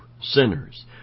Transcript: sinners